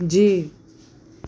जीउ